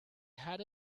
had